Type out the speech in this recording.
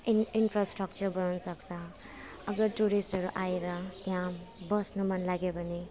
इन् infrastructure बनाउनुसक्छ अगर टुरिस्टहरू आएर त्यहाँ बस्नु मनलाग्यो भने